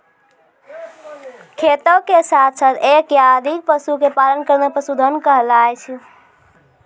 खेती के साथॅ साथॅ एक या अधिक पशु के पालन करना पशुधन कहलाय छै